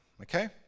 okay